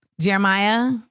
Jeremiah